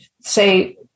say